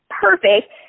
perfect